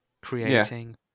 creating